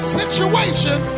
situation